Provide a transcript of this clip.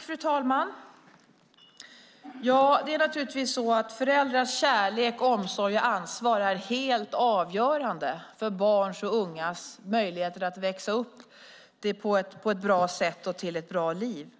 Fru talman! Föräldrars kärlek, omsorg och ansvar är helt avgörande för barns och ungas möjligheter att växa upp på ett bra sätt och till ett bra liv.